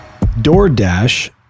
DoorDash